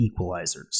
equalizers